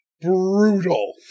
brutal